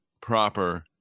proper